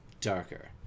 darker